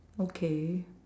okay